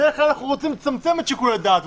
בדרך כלל אנחנו רוצים לצמצם את שיקול הדעת.